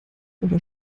oder